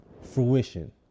fruition